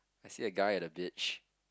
I see that guy at the beach